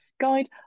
guide